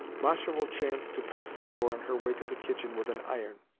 masha will chance to pass the door on her way to the kitchen with an iron,